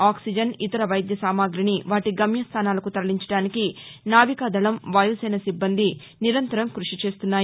oxygen ఇతర వైద్య సామాగ్రిని వాటి గమ్యస్థానాలకు తరలించడానికి నావికాదళం వాయుసేన సిబ్బంది నిరంతరం కృషి చేస్తున్నారు